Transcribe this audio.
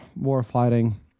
war-fighting